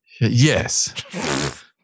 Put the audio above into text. yes